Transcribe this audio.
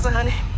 honey